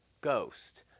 Ghost